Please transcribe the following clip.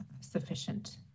sufficient